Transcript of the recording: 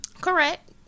Correct